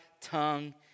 tongue